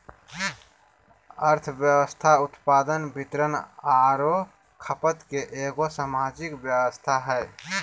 अर्थव्यवस्था उत्पादन, वितरण औरो खपत के एगो सामाजिक व्यवस्था हइ